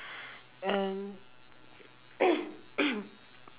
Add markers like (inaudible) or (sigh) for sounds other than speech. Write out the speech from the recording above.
um (coughs)